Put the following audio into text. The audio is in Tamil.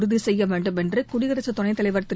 உறுதி செய்ய வேண்டும் என்று குடியரசுத் துணைத் தலைவர் திரு